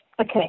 Okay